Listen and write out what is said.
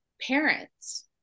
parents